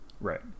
right